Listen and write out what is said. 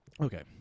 Okay